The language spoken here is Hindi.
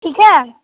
ठीक है